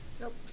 Nope